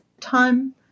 time